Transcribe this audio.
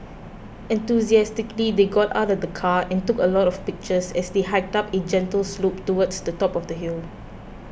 enthusiastically they got out of the car and took a lot of pictures as they hiked up a gentle slope towards the top of the hill